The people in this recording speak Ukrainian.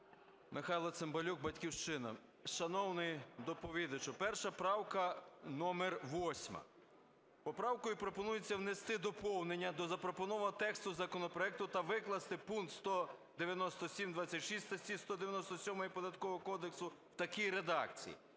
Михайло Цимбалюк, "Батьківщина". Шановний доповідачу, перша правка номер 8. Поправкою пропонується внести доповнення до запропонованого тексту законопроекту та викласти пункт 197.26 статті 197 Податкового кодексу в такій редакції: